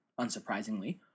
unsurprisingly